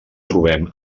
trobem